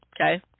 okay